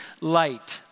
light